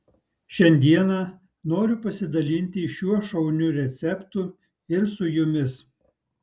šiandieną noriu pasidalinti šiuo šauniu receptu ir su jumis